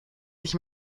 nicht